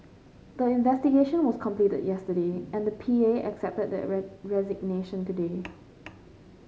the investigation was completed yesterday and the P A accepted the red resignation today